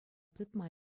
тытма